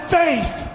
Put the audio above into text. faith